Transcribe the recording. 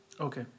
Okay